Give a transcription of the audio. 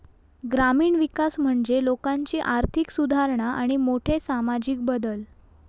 ग्रामीण विकास म्हणजे लोकांची आर्थिक सुधारणा आणि मोठे सामाजिक बदल